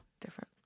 different